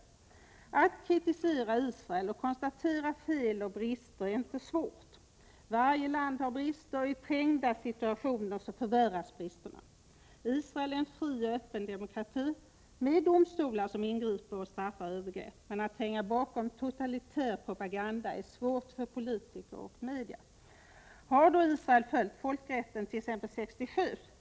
Att kritisera Israel och konstatera fel och brister är inte svårt. Varje land har brister, och i trängda situationer förvärras bristerna. Israel är en fri och öppen demokrati med domstolar som ingriper och bestraffar övergrepp, men att tränga bakom totalitär propaganda är svårt för politiker och media. Följde då Israel folkrätten t.ex. 1967?